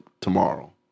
tomorrow